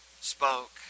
spoke